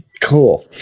Cool